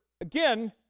again